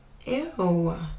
Ew